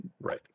Right